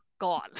Gone